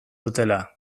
dutela